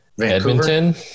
Edmonton